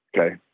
okay